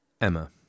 Emma